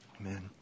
Amen